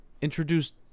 introduced